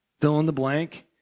fill-in-the-blank